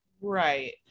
Right